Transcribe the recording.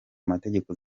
amategeko